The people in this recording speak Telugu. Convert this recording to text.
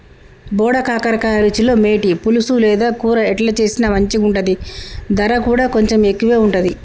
బోడ కాకర రుచిలో మేటి, పులుసు లేదా కూర ఎట్లా చేసిన మంచిగుంటది, దర కూడా కొంచెం ఎక్కువే ఉంటది